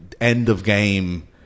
end-of-game